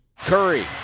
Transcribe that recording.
curry